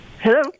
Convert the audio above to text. Hello